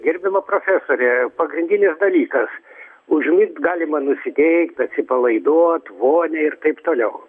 gerbiama profesorė pagrindinis dalykas užmigt galima nusiteikt atsipalaiduot vonia ir taip toliau